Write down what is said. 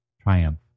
triumph